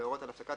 להורות על הפסקת